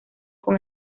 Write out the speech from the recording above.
con